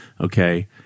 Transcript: okay